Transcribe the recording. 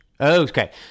Okay